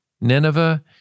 Nineveh